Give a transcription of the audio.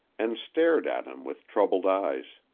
and stared at him with troubled eyes.